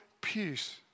peace